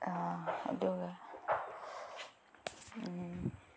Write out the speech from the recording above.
ꯑꯗꯨꯒ